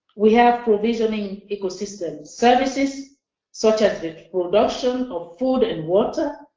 we have provisioning ecosystem services such as the production of food and water.